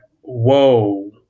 whoa